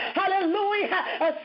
hallelujah